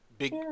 Big